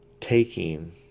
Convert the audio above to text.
taking